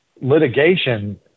litigation